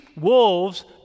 wolves